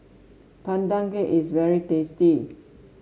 Pandan Cake is very tasty